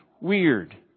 weird